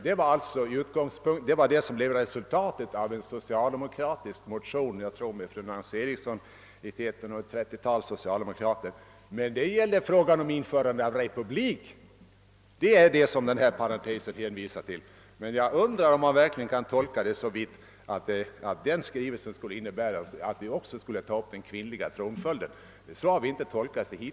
Den var resultatet av en motion från ett trettiotal socialdemokrater med fru Nancy Eriksson i spetsen, tror jag. Den gällde frågan om införandet av republik, vilket den här parentesen hänvisar till. Jag undrar om man verkligen kan tolka direktiven så att vi skulle ta upp även frågan om kvinnlig tronföljd. Så har vi i grundlagberedningen nog inte tolkat direktiven.